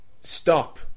stop